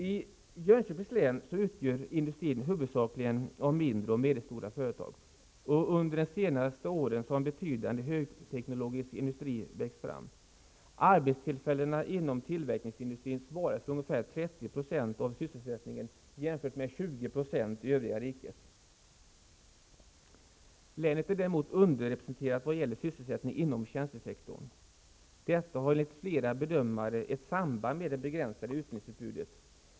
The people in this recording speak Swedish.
I Jönköpings län utgörs industrin huvudsakligen av mindre och medelstora företag. Under de senaste åren har en betydande högteknologisk industri växt fram. Arbetstillfällena inom tillverkningsindustrin svarar för ungefär 30 % av sysselsättningen, att jämföra med 20 % i övriga riket. Länet är däremot underrepresenterat vad gäller sysselsättning inom tjänstesektorn. Detta har enligt flera bedömare ett samband med det begränsade utbildningsutbudet.